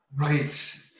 Right